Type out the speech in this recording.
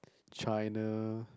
China